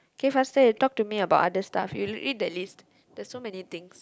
K faster and talk to me about other stuff you you read the list there's so many things